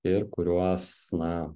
ir kuriuos na